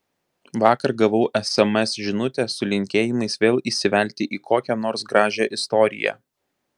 vakar gavau sms žinutę su linkėjimais vėl įsivelti į kokią nors gražią istoriją